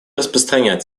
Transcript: распространять